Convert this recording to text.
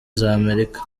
z’amerika